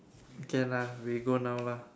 can lah we go now lah